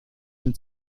den